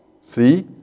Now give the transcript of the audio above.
See